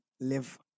live